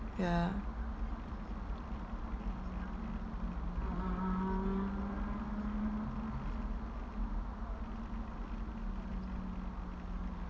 yeah